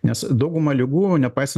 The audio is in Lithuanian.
nes dauguma ligų nepaisan